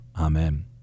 Amen